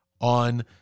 on